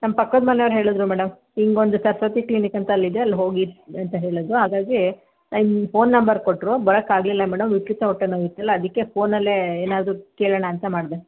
ನಮ್ಮ ಪಕ್ಕದ ಮನೆಯವ್ರು ಹೇಳಿದ್ರು ಮೇಡಮ್ ಹಿಂಗೆ ಒಂದು ಸರಸ್ವತಿ ಕ್ಲಿನಿಕ್ ಅಂತ ಅಲ್ಲಿ ಇದೆ ಅಲ್ಲಿ ಹೋಗಿ ಅಂತ ಹೇಳಿದ್ರು ಹಾಗಾಗಿ ಹಿಂಗ್ ಫೋನ್ ನಂಬರ್ ಕೊಟ್ಟರು ಬರಕ್ಕೆ ಆಗಲಿಲ್ಲ ಮೇಡಮ್ ವಿಪರೀತ ಹೊಟ್ಟೆ ನೋವು ಇತ್ತಲ್ವ ಅದಕ್ಕೆ ಫೋನಲ್ಲೇ ಏನಾದರು ಕೇಳೋಣ ಅಂತ ಮಾಡಿದೆ